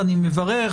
אני מברך.